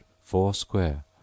four-square